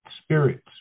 spirits